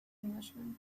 englishman